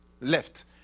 left